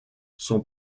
son